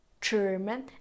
german